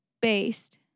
based